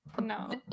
no